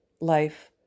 life